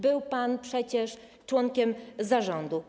Był pan przecież członkiem zarządu.